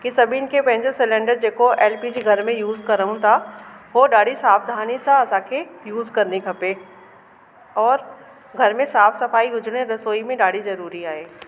की सभिनि खे पंहिंजो सिलैंडर जेको एलपीजी घर में यूस कयूं था उहे ॾाढी सावधानीअ सां असांखे यूस करणी खपे और घर में साफ़ सफ़ाई हुजण रसोई में ॾाढी ज़रूरी आहे